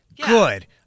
Good